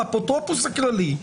האפוטרופוס הכללי,